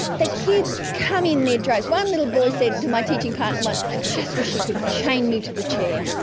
the kids come in their droves. one little boy said to my teaching partner once, i just wish you could chain me to the chair.